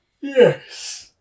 yes